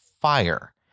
fire